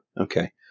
Okay